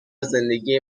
زندگی